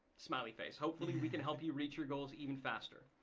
smiley face, hopefully we can help you reach your goals even faster.